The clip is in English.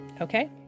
okay